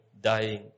dying